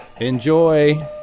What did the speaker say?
Enjoy